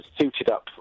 suited-up